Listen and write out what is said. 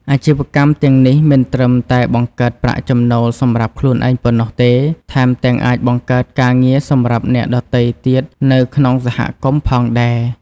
អាជីវកម្មទាំងនេះមិនត្រឹមតែបង្កើតប្រាក់ចំណូលសម្រាប់ខ្លួនឯងប៉ុណ្ណោះទេ ថែមទាំងអាចបង្កើតការងារសម្រាប់អ្នកដទៃទៀតនៅក្នុងសហគមន៍ផងដែរ។